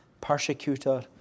persecutor